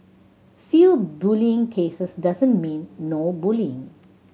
few bullying cases doesn't mean no bullying